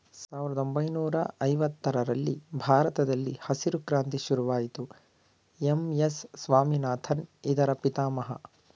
ಸಾವಿರದ ಒಂಬೈನೂರ ಐವತ್ತರರಲ್ಲಿ ಭಾರತದಲ್ಲಿ ಹಸಿರು ಕ್ರಾಂತಿ ಶುರುವಾಯಿತು ಎಂ.ಎಸ್ ಸ್ವಾಮಿನಾಥನ್ ಇದರ ಪಿತಾಮಹ